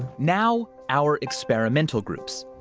now, our experimental groups.